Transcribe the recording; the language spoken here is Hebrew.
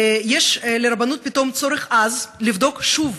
יש לרבנות פתאום צורך עז לבדוק שוב